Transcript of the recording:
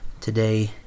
today